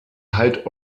halt